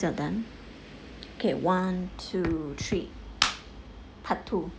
okay one to three part two